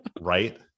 Right